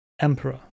emperor